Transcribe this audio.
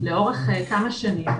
לאורך כמה שנים,